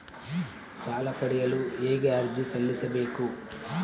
ಸಾಲ ಪಡೆಯಲು ಹೇಗೆ ಅರ್ಜಿ ಸಲ್ಲಿಸಬೇಕು?